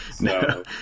No